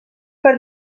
per